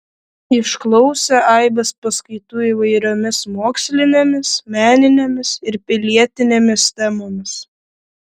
išklausė aibės paskaitų įvairiomis mokslinėmis meninėmis ir pilietinėmis temomis